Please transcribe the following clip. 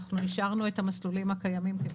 אנחנו השארנו את המסלולים הקיימים.